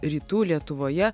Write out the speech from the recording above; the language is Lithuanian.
rytų lietuvoje